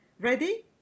Ready